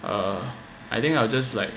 uh I think I'll just like